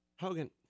Hogan